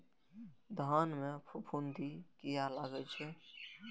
धान में फूफुंदी किया लगे छे?